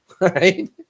right